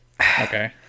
Okay